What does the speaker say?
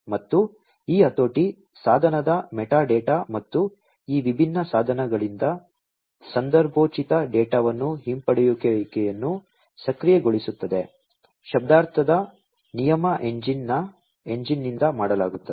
ಮತ್ತು ಈ ಹತೋಟಿ ಸಾಧನದ ಮೆಟಾಡೇಟಾ ಮತ್ತು ಈ ವಿಭಿನ್ನ ಸಾಧನಗಳಿಂದ ಸಂದರ್ಭೋಚಿತ ಡೇಟಾವನ್ನು ಹಿಂಪಡೆಯುವಿಕೆಯನ್ನು ಸಕ್ರಿಯಗೊಳಿಸುತ್ತದೆ ಶಬ್ದಾರ್ಥದ ನಿಯಮ ಎಂಜಿನ್ನಿಂದ ಮಾಡಲಾಗುತ್ತದೆ